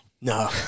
No